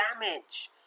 damage